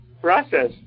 process